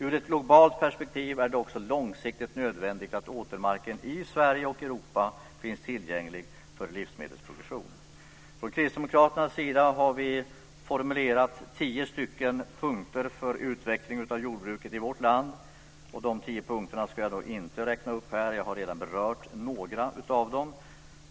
Ur ett globalt perspektiv är det också långsiktigt nödvändigt att åkermarken i Sverige och övriga Europa finns tillgänglig för livsmedelsproduktion. Från Kristdemokraternas sida har vi formulerat tio punkter för utveckling av jordbruket i vårt land. Dessa tio punkter ska jag inte räkna upp här. Jag har redan berört några av dem.